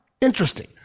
Interesting